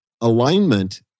Alignment